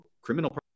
criminal